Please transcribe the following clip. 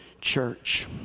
church